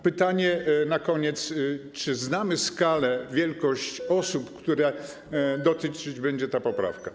Pytanie na koniec: Czy znamy skalę, liczbę osób, których dotyczyć będzie ta poprawka?